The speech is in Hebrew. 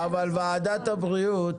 ועדת הבריאות